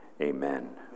amen